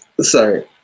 Sorry